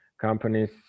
companies